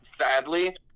Sadly